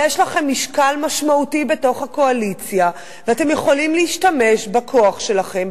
יש לכם משקל משמעותי בתוך הקואליציה ואתם יכולים להשתמש בכוח שלכם,